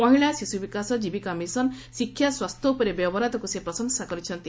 ମହିଳା ଶିଶୁ ବିକାଶ କୀବିକା ମିଶନ୍ ଶିକ୍ଷା ସ୍ୱାସ୍ଥ୍ୟ ଉପରେ ବ୍ୟୟବରାଦକୁ ସେ ପ୍ରଶଂସା କରିଛନ୍ତି